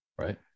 Right